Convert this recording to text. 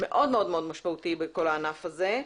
מאוד משמעותי בכל הענף הזה.